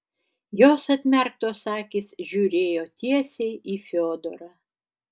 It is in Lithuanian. jos atmerktos akys žiūrėjo tiesiai į fiodorą